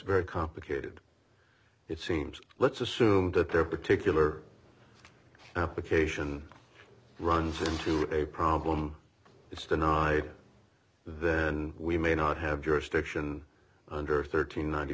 very complicated it seems let's assume that their particular application runs into a problem it's denied then we may not have jurisdiction under thirteen ninety